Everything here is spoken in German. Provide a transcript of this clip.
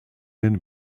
den